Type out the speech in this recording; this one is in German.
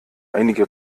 einige